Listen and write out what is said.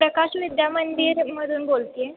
प्रकाश विद्या मंदिरमधून बोलते आहे